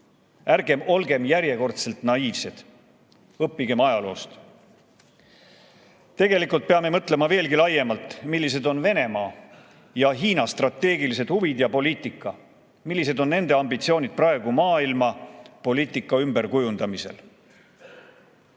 Ärgem olgem järjekordselt naiivsed, õppigem ajaloost. Tegelikult peame mõtlema veelgi laiemalt: millised on Venemaa ja Hiina strateegilised huvid ja poliitika, millised on nende ambitsioonid praegu maailmapoliitika ümberkujundamisel? Venemaa